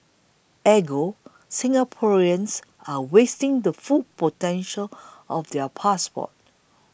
Ergo Singaporeans are wasting the full potential of their passports